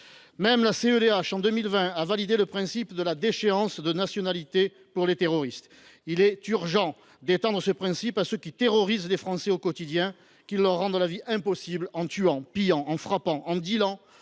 a validé en 2020 le principe de la déchéance de nationalité pour les terroristes. Il est urgent de l’étendre à ceux qui terrorisent les Français au quotidien, qui leur rendent la vie impossible en tuant, en pillant, en frappant, en dealant,